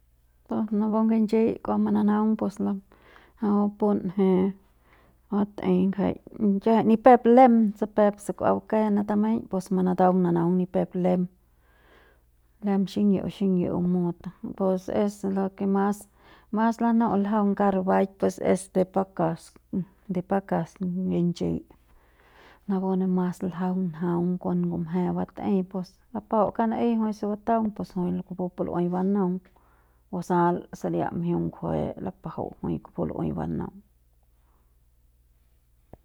Pu napu nginchiñ kua mananaung pu napu punje bat'ei ngjai kiajai ni pep lem peuk se kua bakje ne tameiñ pus manataung mananaung ni pep lem le xiñi'iu xiñi'iu mut pus es lo ke mas mas lanu'u ljaung kauk rubaik pues es de pakas de pakas nginchi napu ne mas ljaung njaung kon ngumje bat'ei pus lapajau kauk naei jui se bataung pus jui kupu pu lu'uei banaung basal saria mjiung ngjue lapajau jui kupu lu'uei banaung.